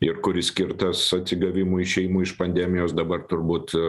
ir kuris skirtas atsigavimui išėjimui iš pandemijos dabar turbūt